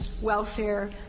welfare